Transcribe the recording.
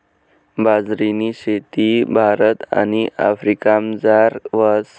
बाजरीनी शेती भारत आणि आफ्रिकामझार व्हस